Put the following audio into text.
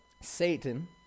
Satan